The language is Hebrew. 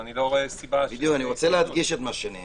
ואני לא רואה סיבה- -- בהמשך למה שאמרת,